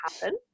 happen